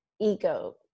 ego